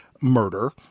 murder